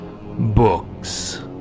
books